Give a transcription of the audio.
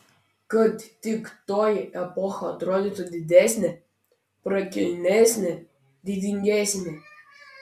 kad tik toji epocha atrodytų didesnė prakilnesnė didingesnė